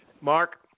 Mark